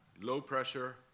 low-pressure